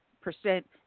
percent